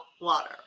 water